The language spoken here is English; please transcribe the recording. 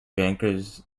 bankers